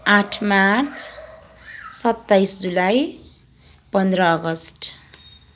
आठ मार्च सत्ताइस जुलाई पन्ध्र अगस्त